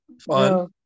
Fun